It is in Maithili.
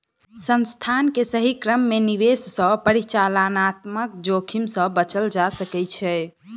संस्थान के सही क्रम में निवेश सॅ परिचालनात्मक जोखिम से बचल जा सकै छै